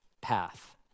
path